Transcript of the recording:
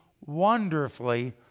wonderfully